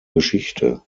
geschichte